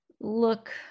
look